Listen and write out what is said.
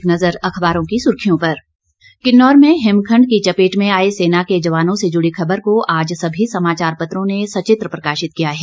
एक नज़र अखबारों की सुर्खियों पर किन्नौर में हिमखंड की चपेट में आए सेना के जवानों से जुड़ी खबर को आज सभी समाचार पत्रों ने सचित्र प्रकाशित किया है